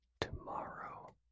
Tomorrow